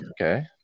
okay